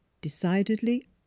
Decidedly